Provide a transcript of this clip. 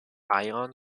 ion